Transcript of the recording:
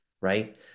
right